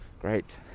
great